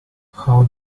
how